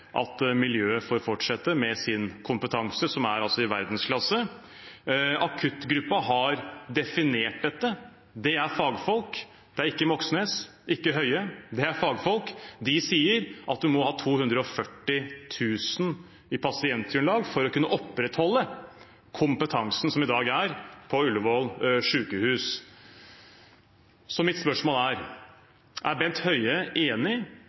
at miljøet får fortsette med sin kompetanse, som er i verdensklasse. Akuttgruppen har definert dette. Det er fagfolk, det er ikke Moxnes, ikke Høie – det er fagfolk. De sier at man må ha et pasientgrunnlag på 240 000 for å kunne opprettholde kompetansen man i dag har på Ullevål sykehus. Mitt spørsmål er: Er Bent Høie enig